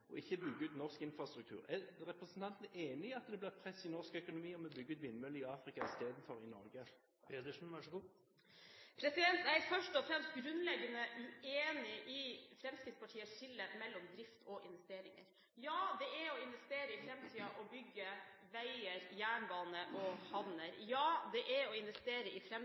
og ikke bygger ut norsk infrastruktur. Er representanten enig i at det blir press i norsk økonomi om vi bygger ut vindmøller i Afrika istedenfor i Norge? Jeg er først og fremst grunnleggende uenig i Fremskrittspartiets skille mellom drift og investeringer. Ja, det er å investere i framtiden å bygge veier, jernbane og havner. Ja, det er å investere i